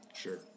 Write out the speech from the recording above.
Sure